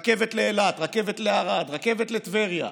רכבת לאילת, רכבת לערד, רכבת לטבריה,